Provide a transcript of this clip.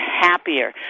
happier